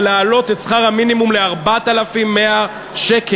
זה להעלות את שכר המינימום ל-4,100 שקל,